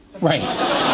Right